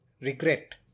regret